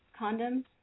Condoms